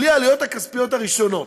בלי העלויות הכספיות הראשונות.